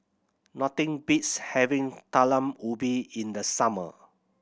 nothing beats having Talam Ubi in the summer